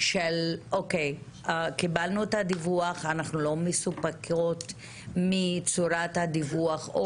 במובן שאם קיבלנו את הדיווח ואנחנו לא מסופקים מצורת הדיווח,